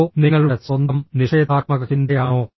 അതോ നിങ്ങളുടെ സ്വന്തം നിഷേധാത്മക ചിന്തയാണോ